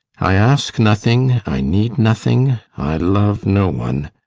i ask nothing, i need nothing, i love no one,